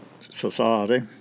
society